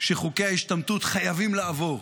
שחוקי ההשתמטות חייבים לעבור.